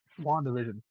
WandaVision